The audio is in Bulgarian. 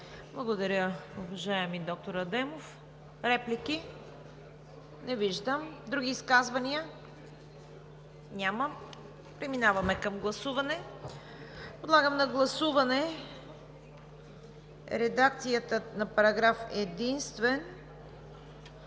Благодаря, уважаеми доктор Адемов. Реплики? Не виждам. Други изказвания? Няма. Подлагам на гласуване редакцията на Параграф единствен